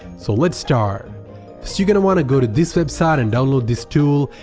so let's start you gonna wanna go to this website and download this tool,